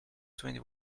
twenty